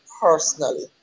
personally